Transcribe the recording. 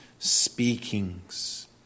Speakings